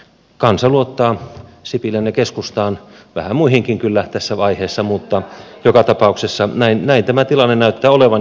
kansa luottaa sipilään ja keskustaan vähän muihinkin kyllä tässä vaiheessa mutta joka tapauksessa näin tämä tilanne näyttää olevan